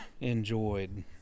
enjoyed